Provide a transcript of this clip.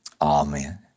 Amen